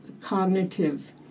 cognitive